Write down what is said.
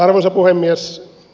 arvoisa puhemies